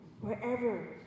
wherever